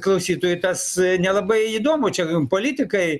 klausytojui tas nelabai įdomu čia politikai